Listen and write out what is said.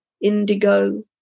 indigo